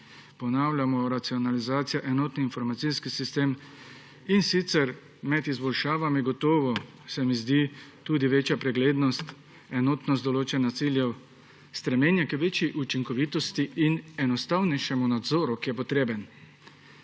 ponavljamo racionalizacija, enotni informacijski sistem. Med izboljšavami se mi gotovo zdi tudi večja preglednost, enotnost določanja ciljev, stremljenje k večji učinkovitosti in enostavnejšemu nadzoru, ki je potreben.